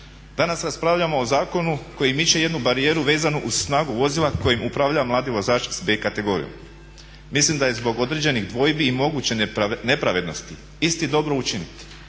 Danas raspravljamo o zakonu koji miče jednu barijeru vezanu uz snagu vozila kojim upravlja mladi vozač s B kategorijom. Mislim da je zbog određenih dvojbi i moguće nepravednosti isti dobro učiniti.